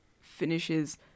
finishes